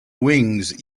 wings